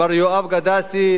מר יואב גדסי,